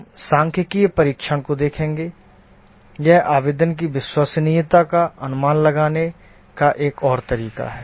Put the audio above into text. हम सांख्यिकीय परीक्षण को देखेंगे यह आवेदन की विश्वसनीयता का अनुमान लगाने का एक और तरीका है